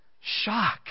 Shock